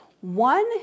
One